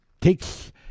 takes